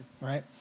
Right